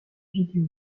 vidéo